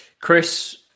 Chris